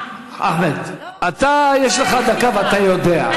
אחמד, אתה, יש לך דקה, ואתה יודע.